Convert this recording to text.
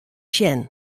sjen